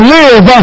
live